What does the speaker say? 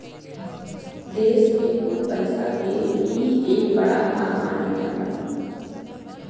देस के कुल पइसा के ई एक बड़ा भाग मानल जाला